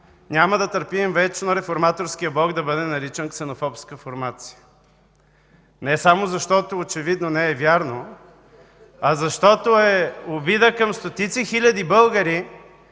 няма да търпим вечно Реформаторският блок да бъде наричан „ксенофобска формация” не само защото очевидно не е вярно, а защото е обида към стотици хиляди българи,